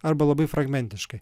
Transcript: arba labai fragmentiškai